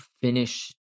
finish